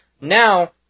Now